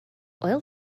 oil